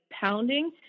pounding